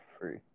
free